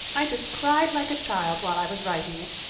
i just cried like a child while i was writing it.